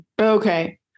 Okay